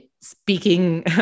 speaking